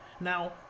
Now